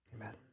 Amen